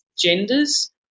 genders